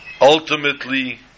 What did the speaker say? Ultimately